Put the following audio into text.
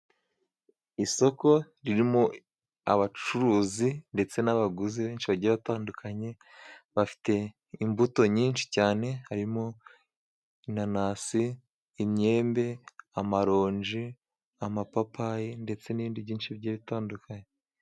Isoko ririmo abacuruzi ndetse n'abaguzi benshi bagiye atandukanye, bafite imbuto nyinshi cyane harimo, inanasi, imyembe, amaronji, amapapayi, ndetse n'ibindi byinshi bigiye bitandukanye.